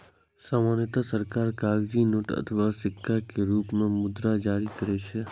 सामान्यतः सरकार कागजी नोट अथवा सिक्का के रूप मे मुद्रा जारी करै छै